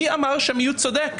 מי אמר שהמיעוט צודק?